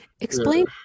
Explain